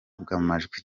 bw’amajwi